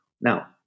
now